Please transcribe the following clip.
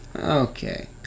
Okay